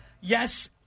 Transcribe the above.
Yes